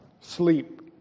sleep